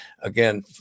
again